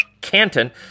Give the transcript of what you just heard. canton